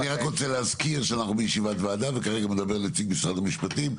אני רוצה להזכיר שאנחנו בישיבת ועדה וכרגע מדבר נציג משרד המשפטים,